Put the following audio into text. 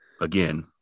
again